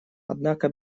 однако